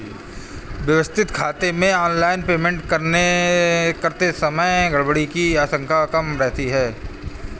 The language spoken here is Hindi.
व्यवस्थित खाते से ऑनलाइन पेमेंट करते समय गड़बड़ी की आशंका कम रहती है